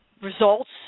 results